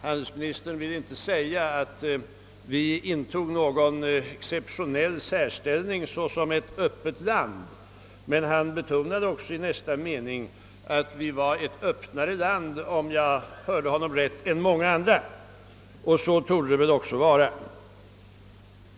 Handelsministern ville inte säga att Sverige intar en exceptionell ställning som öppet land, men om jag hörde rätt betonade han i nästa mening att Sverige är ett öppnare land än många andra länder — och så torde det väl också vara.